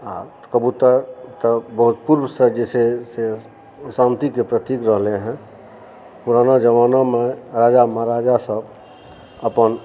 आओर कबूतर तऽ बहुत पूर्वसँ जे छै से शान्तिके प्रतीक रहलै हँ पुराना जमानामे राजा महाराजा सब अपन